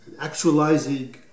actualizing